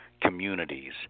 communities